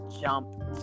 jump